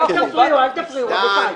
יש לכם --- אל תפריעו, אל תפריעו, רבותיי.